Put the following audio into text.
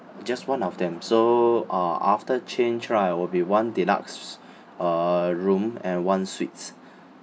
just one of them so uh after change right will be one deluxe uh room and one suites